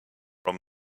from